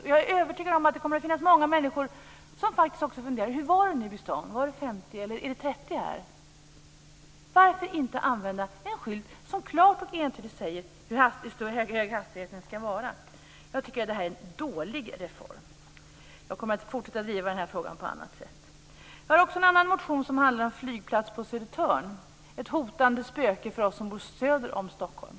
Dessutom är jag övertygad om att det kommer att vara många som funderar: Hur är det nu i den här stan? Är det 50 eller 30 här? Varför inte använda en skylt som klart och entydigt talar om hur hög hastigheten får vara? Jag tycker alltså att det är en dålig reform och kommer att fortsätta att driva frågan på annat sätt. Jag har också en motion som handlar om en flygplats på Södertörn - ett hotande spöke för oss som bor söder om Stockholm.